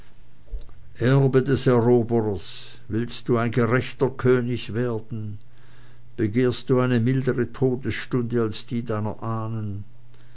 eroberers willst du ein gerechter könig werden begehrst du eine mildere todesstunde als die deiner ahnen